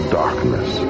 darkness